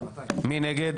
מי נגד?